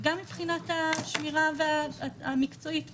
וגם מבחינת השמירה המקצועית.